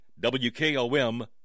WKOM